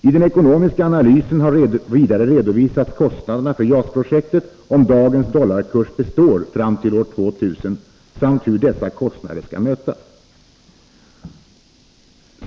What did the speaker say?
I den ekonomiska analysen har vidare redovisats kostnaderna för JAS-projektet om dagens dollarkurs består fram till år 2000 samt hur dessa kostnader skall mötas.